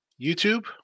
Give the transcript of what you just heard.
YouTube